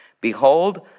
Behold